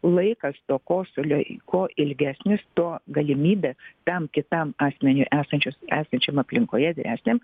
laikas to kosulio kuo ilgesnis tuo galimybė tam kitam asmeniui esančius esančiam aplinkoje vyresniam